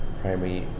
primary